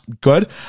Good